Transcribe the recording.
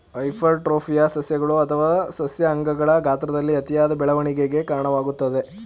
ಹೈಪರ್ಟ್ರೋಫಿಯು ಸಸ್ಯಗಳು ಅಥವಾ ಸಸ್ಯ ಅಂಗಗಳ ಗಾತ್ರದಲ್ಲಿ ಅತಿಯಾದ ಬೆಳವಣಿಗೆಗೆ ಕಾರಣವಾಗ್ತದೆ